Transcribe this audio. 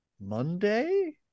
Monday